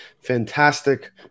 fantastic